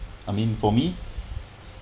I mean for me